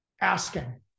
Asking